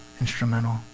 instrumental